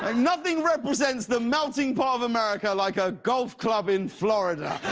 and nothing represents the melting pot of america like a golf club in florida.